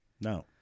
No